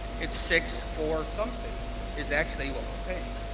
it's sixty four something is actually what we're paying,